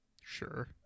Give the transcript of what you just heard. Sure